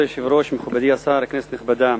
כבוד היושב-ראש, מכובדי השר, כנסת נכבדה,